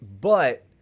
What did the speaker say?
But-